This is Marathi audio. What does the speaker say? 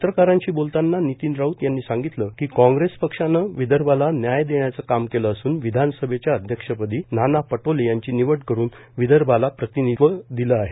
पत्रकारांशी बोलताना नितीन राऊत यांनी सांगितलं की काँग्रेस पक्षानं विदर्भाला व्याय देण्याचं काम केलं असून विधानसभेच्या अध्यक्षपदी नाना पटोले यांची निवड करून विदर्भाला प्रतिनिधीत्व दिलं आहे